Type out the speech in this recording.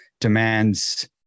demands